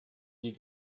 die